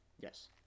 Yes